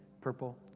purple